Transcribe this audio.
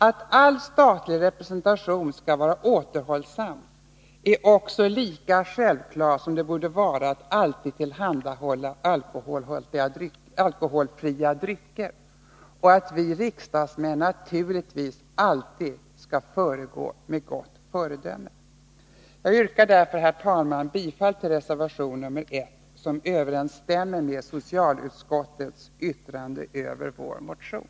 Att all statlig representation skall vara återhållsam är också lika självklart som det borde vara att alltid tillhandahålla alkoholfria drycker. Vi riksdagsmän skall naturligtvis alltid föregå med gott exempel. Jag yrkar, herr talman, bifall till reservation 1, som överensstämmer med socialutskottets yttrande över vår motion.